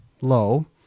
low